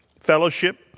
fellowship